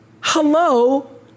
Hello